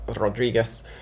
Rodriguez